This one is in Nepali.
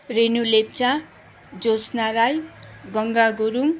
रेनु लेप्चा ज्योत्सना राई गङ्गा गुरुङ